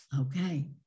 okay